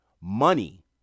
Money